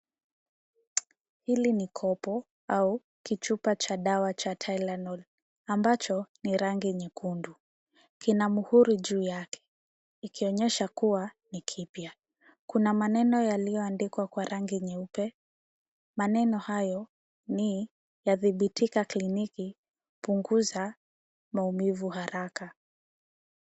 Hili ni kopo au, kichupa cha dawa cha Tylenol, ambacho ni rangi nyekundu. Kina muhuri juu yake, ikionyesha kuwa, ni kipya. Kuna maneno yaliyoandikwa kwa rangi nyeupe. Maneno hayo ni, yadhibitika kliniki, punguza, maumivu haraka.